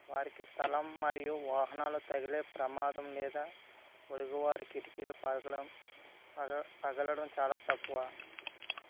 వారికి స్థలం మరియు వాహనాలు తగిలే ప్రమాదం లేదా పొరుగు వారి కిటికీలు పలగడం పగ పగలడం చాలా తక్కువ